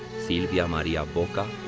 silvia-maria boca,